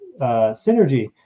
synergy